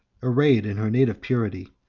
arrayed in her native purity.